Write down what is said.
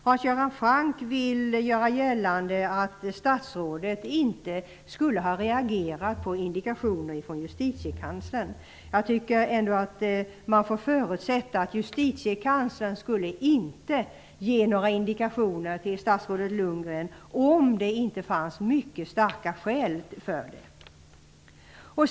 Hans Göran Franck vill göra gällande att statsrådet inte skulle ha reagerat på indikationer från Justitiekanslern. Man får förutsätta att Justitiekanslern inte skulle ge några indikationer till statsrådet Lundgren om det inte fanns mycket starka skäl för detta.